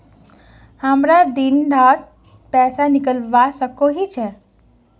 हमरा दिन डात पैसा निकलवा सकोही छै?